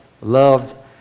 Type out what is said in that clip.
loved